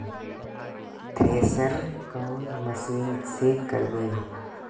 Thresher कौन machine से करबे?